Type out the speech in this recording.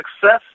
success